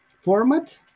format